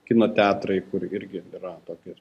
kino teatrai kur irgi yra tokie